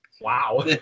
wow